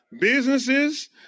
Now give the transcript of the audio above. Businesses